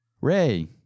Ray